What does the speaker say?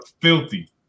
filthy